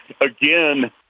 again